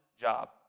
job